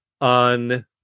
on